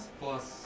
plus